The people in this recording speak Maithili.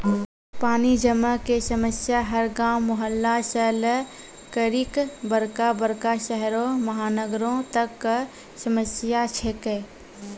पानी जमै कॅ समस्या हर गांव, मुहल्ला सॅ लै करिकॅ बड़का बड़का शहरो महानगरों तक कॅ समस्या छै के